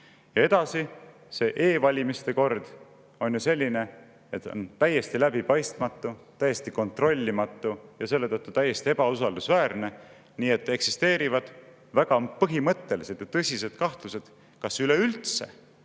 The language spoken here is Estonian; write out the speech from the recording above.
Edasi, e‑valimiste kord on ju selline, et [need valimised] on täiesti läbipaistmatud, täiesti kontrollimatud ja selle tõttu täiesti ebausaldusväärsed, nii et eksisteerivad väga põhimõttelised ja tõsised kahtlused, kas üleüldse